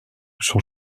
son